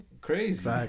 Crazy